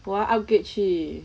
!wah! upgrade 去